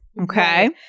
Okay